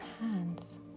hands